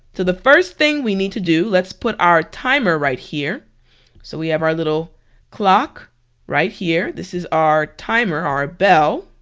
the first thing we need to do let's put our timer right here so we have our little clock right here, this is our timer, our bell.